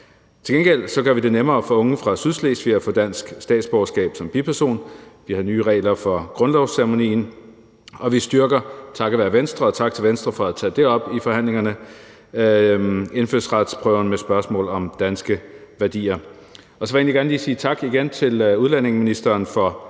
Til gengæld gør vi det nemmere for unge fra Sydslesvig at få dansk statsborgerskab som biperson, vi har nye regler for grundlovsceremonien, og vi styrker, takket være Venstre, og tak til Venstre for at tage det op i forhandlingerne, indfødsretsprøverne med spørgsmål om danske værdier. Så vil jeg egentlig gerne lige sige tak igen til udlændingeministeren for at tage